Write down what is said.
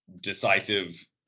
decisive